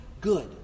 good